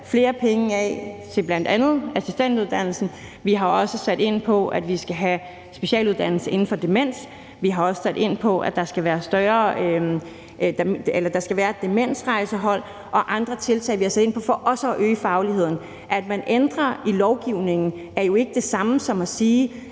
flere penge af til bl.a. assistentuddannelsen, vi har sat ind på, at vi skal have en specialuddannelse inden for demens, vi har sat ind på, at der skal være et demensrejsehold, og vi har også taget andre tiltag for at øge fagligheden. At man ændrer i lovgivningen, er jo ikke det samme som at sige,